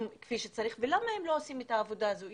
כפי שצריך ולמה הם לא עושים את העבודה הזאת.